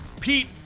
Pete